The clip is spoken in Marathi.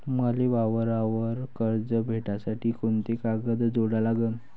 मले वावरावर कर्ज भेटासाठी कोंते कागद जोडा लागन?